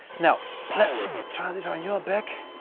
now let's try this on your back.